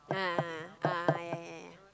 a'ah a'ah a'ah yeah yeah yeah yeah